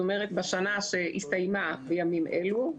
בשנה שהסתיימה בימים אלו,